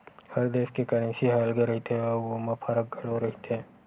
हर देस के करेंसी ह अलगे रहिथे अउ ओमा फरक घलो रहिथे